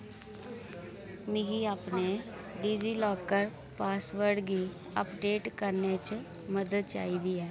मिगी अपने DigiLocker password गी अपडेट करने च मदद चाहिदी ऐ